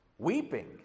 Weeping